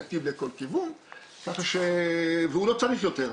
נתיב לכל כיוון והוא לא צריך יותר,